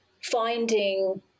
finding